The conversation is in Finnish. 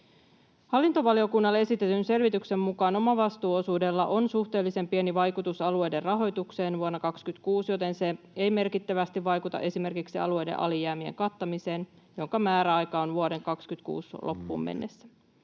Hallintovaliokunnalle esitetyn selvityksen mukaan omavastuuosuudella on suhteellisen pieni vaikutus alueiden rahoitukseen vuonna 26, joten se ei merkittävästi vaikuta esimerkiksi alueiden alijäämien kattamiseen, jonka määräaika on vuoden 26 loppuun mennessä.